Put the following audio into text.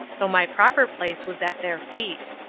though my proper place was at their feet.